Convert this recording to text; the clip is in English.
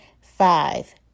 Five